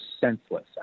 senseless